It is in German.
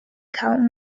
kaum